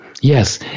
Yes